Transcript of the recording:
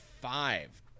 five